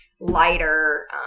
lighter